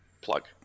plug